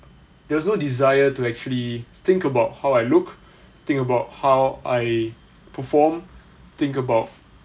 there was no desire to actually think about how I look think about how I perform think about